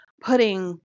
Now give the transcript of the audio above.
putting